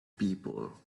people